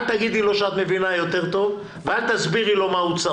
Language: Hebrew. אל תגידי לו שאת מבינה יותר טוב ואל תסבירי לו מה הוא צריך.